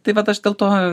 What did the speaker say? taip vat aš dėl to